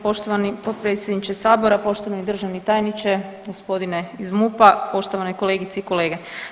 Poštovani potpredsjedniče sabora, poštovani državni tajniče, gospodine iz MUP-a, poštovane kolegice i kolege.